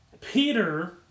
Peter